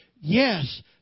Yes